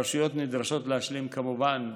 הרשויות נדרשות להשלים כמובן,